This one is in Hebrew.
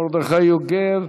מרדכי יוגב,